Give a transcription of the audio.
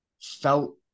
felt